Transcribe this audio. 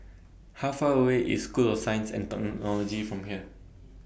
How Far away IS School of Science and Technology from here